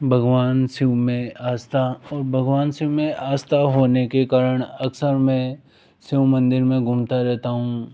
भगवान से मैं आस्था और भगवान से मैं आस्था होने के कारण अक्सर मैं शिव मन्दिर में घूमता रहता हूँ